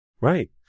Right